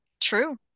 True